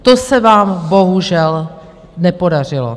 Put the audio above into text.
To se vám bohužel nepodařilo.